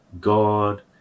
God